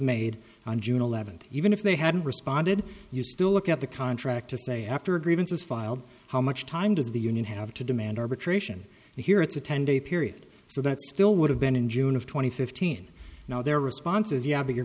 made on june eleventh even if they hadn't responded you still look at the contract to say after a grievance is filed how much time does the union have to demand arbitration here it's a ten day period so that still would have been in june of two thousand and fifteen now their response is yeah but your